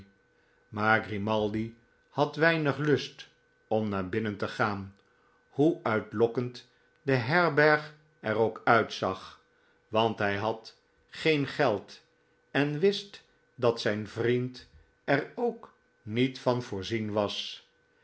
maar grimaldi had weinig lust om naar binnen te gaan hoe uitlokkend de herberg er ook uitzag want hij had geen geld en wist dat zijn vriend er ook niet van voorzien was